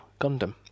Gundam